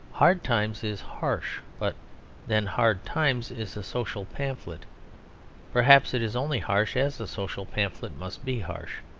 hard times is harsh but then hard times is a social pamphlet perhaps it is only harsh as a social pamphlet must be harsh.